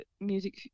music